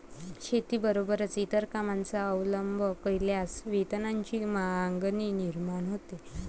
शेतीबरोबरच इतर कामांचा अवलंब केल्यास वेतनाची मागणी निर्माण होते